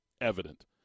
evident